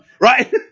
right